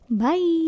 Bye